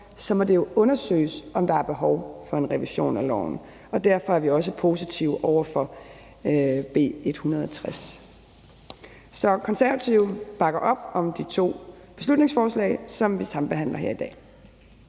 så må det jo undersøges, om der er behov for en revision af loven. Derfor er vi også positive over for B 160. Så Konservative bakker op om de to beslutningsforslag, som vi sambehandler her i dag.